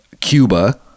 cuba